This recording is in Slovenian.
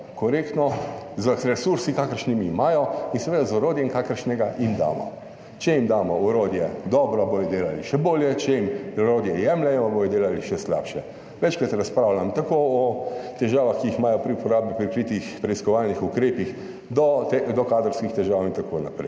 korektno z resursi, kakršnimi imajo in seveda z orodjem, kakršnega jim damo. Če jim damo orodje dobro, bodo delali še bolje, če jim orodje jemljemo, bodo delali še slabše. Večkrat razpravljam tako o težavah, ki jih imajo pri uporabi prikritih preiskovalnih ukrepih do kadrovskih težav in tako naprej,